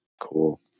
cool